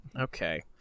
Okay